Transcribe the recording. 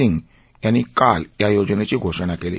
सिंग यांनी काल या योजनेची घोषणा केली